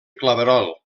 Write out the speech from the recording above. claverol